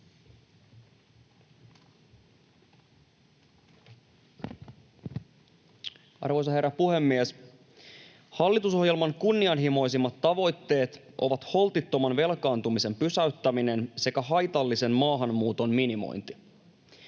Arvoisa herra puhemies! Hallitusohjelman kunnianhimoisimmat tavoitteet ovat holtittoman velkaantumisen pysäyttäminen sekä haitallisen maahanmuuton minimointi.